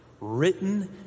written